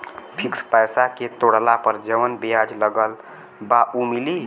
Fix पैसा के तोड़ला पर जवन ब्याज लगल बा उ मिली?